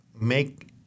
make